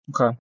Okay